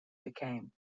became